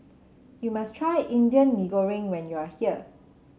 you must try Indian Mee Goreng when you are here